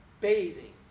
bathing